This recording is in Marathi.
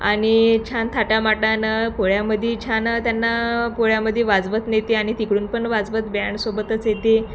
आणि छान थाटामाटानं पोळ्यामध्ये छान त्यांना पोळ्यामध्ये वाजवत नेते आणि तिकडून पण वाजवत ब्यांडसोबतच येते